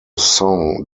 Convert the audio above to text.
song